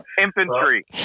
Infantry